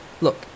Look